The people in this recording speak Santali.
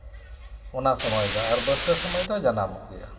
ᱚᱱᱟ ᱥᱚᱢᱚᱭ ᱫᱚ ᱟᱨ ᱵᱚᱨᱥᱟ ᱥᱚᱢᱚᱭ ᱫᱚ ᱡᱟᱱᱟᱢᱚᱜ ᱜᱮᱭᱟ